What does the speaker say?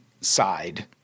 side